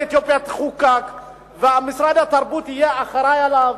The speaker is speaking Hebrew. אתיופיה תחוקק ומשרד התרבות יהיה אחראי לה.